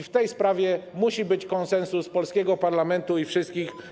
W tej sprawie musi być konsensus polskiego parlamentu i wszystkich